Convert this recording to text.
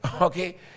Okay